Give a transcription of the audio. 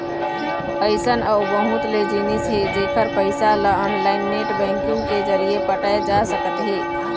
अइसन अउ बहुत ले जिनिस हे जेखर पइसा ल ऑनलाईन नेट बैंकिंग के जरिए पटाए जा सकत हे